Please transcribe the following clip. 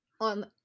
On